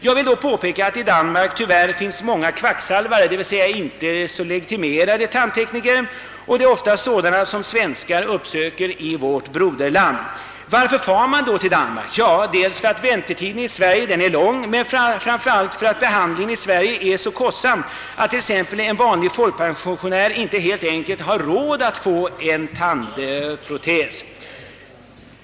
Jag vill då påpeka att det i Danmark tyvärr finns många kvacksalvare, d. v. s. icke legitimerade tandtekniker, och att det ofta är sådana som svenskar uppsöker i vårt broderland. Varför far man då till Danmark? Ja, dels vet man att väntetiden i Sverige är lång, men dels och framför allt gör man det därför att behandlingen i Sverige är så kostsam, att t.ex. en vanlig folkpensionär helt enkelt inte har råd att skaffa sig tandprotes.